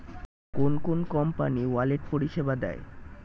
কোন কোন company wallet পরিষেবা দেয়?